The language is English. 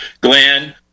Glenn